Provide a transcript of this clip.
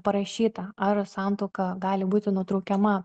parašyta ar santuoka gali būti nutraukiama